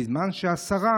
בזמן שהשרה